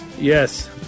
Yes